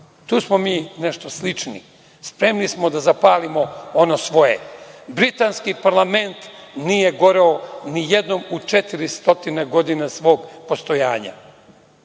Tu smo mi nešto slični. Spremni smo da zapalimo ono svoje. Britanski parlament nije goreo ni jednom u četiri stotine godina svog postojanja. Znači,